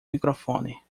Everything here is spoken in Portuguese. microfone